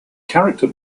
character